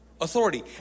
Authority